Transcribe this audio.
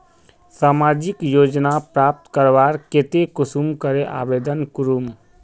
सामाजिक योजना प्राप्त करवार केते कुंसम करे आवेदन करूम?